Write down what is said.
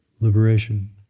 liberation